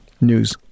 news